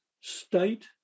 state